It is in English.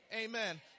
Amen